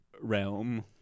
realm